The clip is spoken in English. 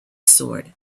sword